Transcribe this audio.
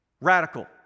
Radical